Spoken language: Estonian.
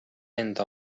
enda